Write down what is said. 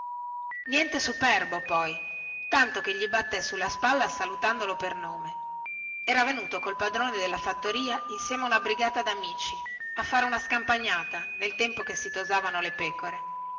e gli battè anche sulle spalle salutandolo era venuto col padrone della fattoria insieme a una brigata damici a fare una scampagnata nel tempo che si tosavano le pecore